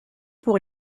pour